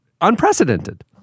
unprecedented